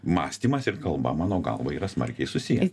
mąstymas ir kalba mano galva yra smarkiai susiję